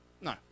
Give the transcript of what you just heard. No